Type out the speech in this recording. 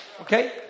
Okay